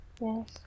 Yes